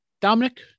Dominic